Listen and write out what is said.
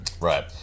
Right